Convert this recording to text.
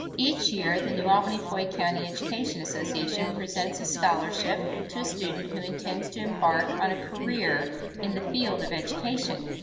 each year, the new albany floyd county education association presents a scholarship to a student who intends to embark on a career in the field of education.